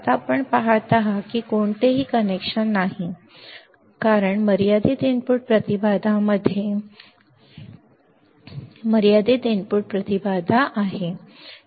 आता आपण पहात आहात की कोणतेही कनेक्शन नाही कोणतेही कनेक्शन नाही कारण मर्यादित इनपुट प्रतिबाधामध्ये मर्यादित इनपुट प्रतिबाधा बरोबर आहे